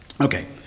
Okay